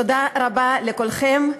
תודה רבה לכולכם,